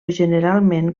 generalment